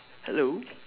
hello